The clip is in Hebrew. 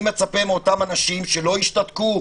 אני מצפה מאותם אנשים שלא ישתתקו,